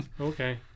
okay